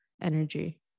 energy